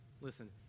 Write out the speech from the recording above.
Listen